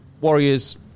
Warriors